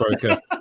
broker